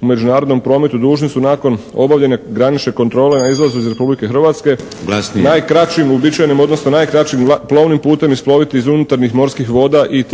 u međunarodnom prometu dužni su nakon obavljene granične kontrole na izlazu iz Republike Hrvatske … **Šeks, Vladimir (HDZ)** Glasnije. **Buconjić, Ivica (HDZ)** … najkraćim uobičajenim, odnosno najkraćim plovnim putem isploviti iz unutarnjih morskih voda i teritorijalnog